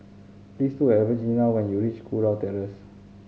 please look Evangelina when you reach Kurau Terrace